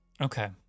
Okay